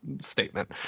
statement